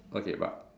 okay but